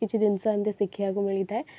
କିଛି ଜିନିଷ ଏମିତି ଶିଖିବାକୁ ମିଳିଥାଏ